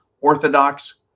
Orthodox